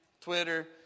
Twitter